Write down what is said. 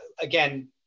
again